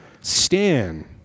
Stan